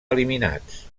eliminats